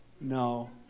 no